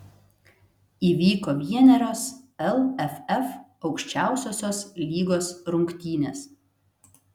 įvyko vienerios lff aukščiausiosios lygos rungtynės